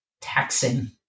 taxing